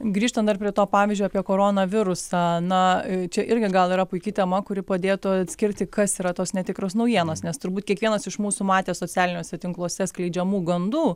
grįžtant dar prie to pavyzdžio apie koronavirusą na čia irgi gal yra puiki tema kuri padėtų atskirti kas yra tos netikros naujienos nes turbūt kiekvienas iš mūsų matė socialiniuose tinkluose skleidžiamų gandų